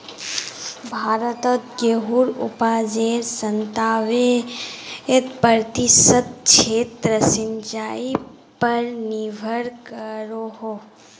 भारतोत गेहुंर उपाजेर संतानबे प्रतिशत क्षेत्र सिंचाई पर निर्भर करोह